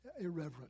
irreverent